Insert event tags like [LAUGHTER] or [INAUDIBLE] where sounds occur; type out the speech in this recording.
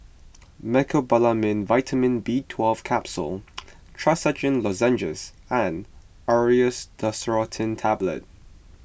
Mecobalamin Vitamin B twelve [NOISE] Capsules Trachisan Lozenges and Aerius DesloratadineTablets